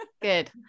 Good